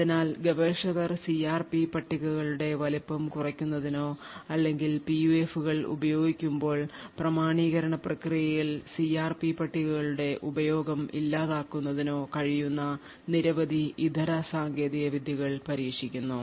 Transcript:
അതിനാൽ ഗവേഷകർ സിആർപി പട്ടികകളുടെ വലുപ്പം കുറയ്ക്കുന്നതിനോ അല്ലെങ്കിൽ പിയുഎഫുകൾ ഉപയോഗിക്കുമ്പോൾ പ്രാമാണീകരണ പ്രക്രിയയിൽ സിആർപി പട്ടികകളുടെ ഉപയോഗം ഇല്ലാതാക്കുന്നതിനോ കഴിയുന്ന നിരവധി ഇതര സാങ്കേതിക വിദ്യകൾ പരീക്ഷിക്കുന്നു